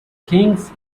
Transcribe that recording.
kings